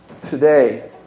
today